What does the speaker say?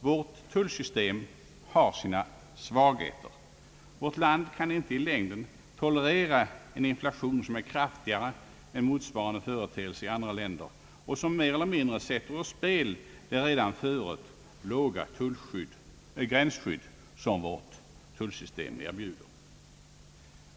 Vårt tullsystem har sina svagheter. Vårt land kan inte i längden tolerera en inflation som är kraftigare än motsvarande företeelse i andra länder och som mer eller mindre sätter ur spel det redan förut låga gränsskydd som vårt tullsystem erbjuder.